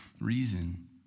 reason